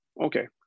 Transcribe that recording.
Okay